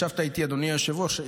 ישבת איתי, אדוני היושב-ראש.